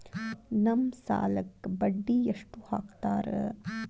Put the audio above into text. ನಮ್ ಸಾಲಕ್ ಬಡ್ಡಿ ಎಷ್ಟು ಹಾಕ್ತಾರ?